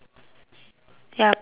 ya push once